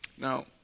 Now